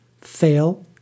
fail